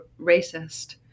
racist